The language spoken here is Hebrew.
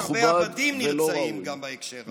שיש הרבה עבדים נרצעים גם בהקשר הזה.